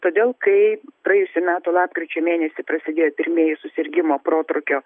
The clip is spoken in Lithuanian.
todėl kai praėjusių metų lapkričio mėnesį prasidėjo pirmieji susirgimo protrūkio